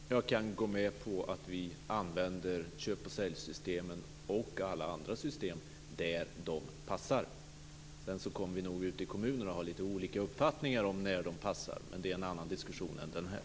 Fru talman! Jag kan gå med på att vi använder köp-och-sälj-systemen och alla andra system när de passar. Sedan kommer vi nog ute i kommunerna att ha lite olika uppfattningar om när de passar, men det är en annan diskussion än den här.